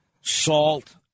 salt